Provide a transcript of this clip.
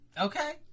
Okay